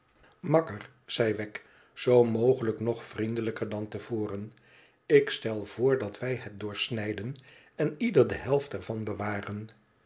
makker zei wegg zoo mogelijk nog vriendelijker dan te voren ik stel voor dat wij het doorsnijden en ieder de helft er van bewaren